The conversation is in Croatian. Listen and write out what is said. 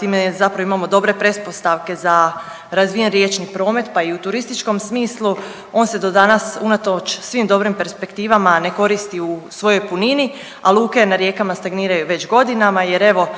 time zapravo imamo dobre pretpostavke za razvijen riječni promet, pa i u turističkom smislu, on se do danas unatoč svim dobrim perspektivama ne koristi u svojoj punini, a luke na rijekama stagniraju već godinama jer evo,